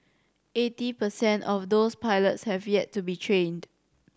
eighty per cent of those pilots have yet to be trained